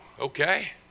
okay